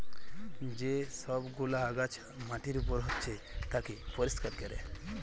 যে সব গুলা আগাছা মাটির উপর হচ্যে তাকে পরিষ্কার ক্যরা